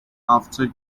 after